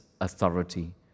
authority